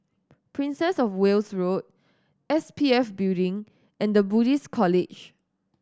Princess Of Wales Road S P F Building and The Buddhist College